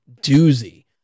doozy